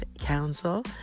Council